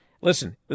listen